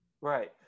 right